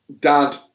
dad